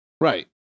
Right